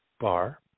bar